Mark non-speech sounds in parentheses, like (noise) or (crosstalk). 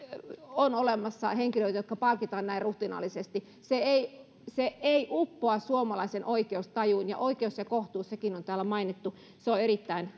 on olemassa henkilöitä jotka palkitaan näin ruhtinaallisesti se ei se ei uppoa suomalaisen oikeustajuun oikeus ja kohtuuskin on täällä mainittu se on erittäin (unintelligible)